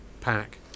pack